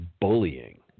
bullying